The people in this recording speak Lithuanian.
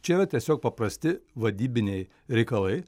čia yra tiesiog paprasti vadybiniai reikalai